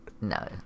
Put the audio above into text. No